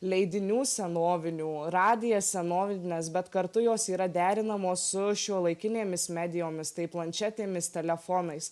leidinių senovinių radijas senovines bet kartu jos yra derinamos su šiuolaikinėmis medijomis tai planšetėmis telefonais